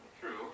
True